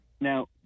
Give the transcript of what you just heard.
Now